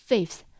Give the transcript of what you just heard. Fifth